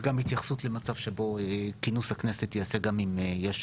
וגם התייחסות למצב שבו כינוס הכנסת ייעשה גם אם יש